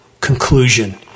conclusion